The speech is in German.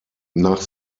nach